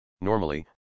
Normally